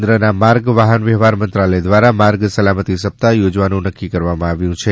કેન્દ્રના માર્ગ વાહન વ્યવહાર મંત્રાલય દ્વારા માર્ગ સલામતી સપ્તાહ યોજવાનું નક્કી કરવામાં આવ્યું છે